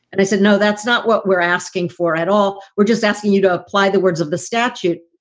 and i said, no, that's not what we're asking for at all. we're just asking you to apply the words of the statute.